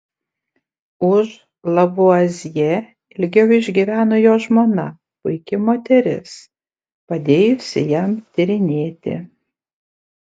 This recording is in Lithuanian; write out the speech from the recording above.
už lavuazjė ilgiau išgyveno jo žmona puiki moteris padėjusi jam tyrinėti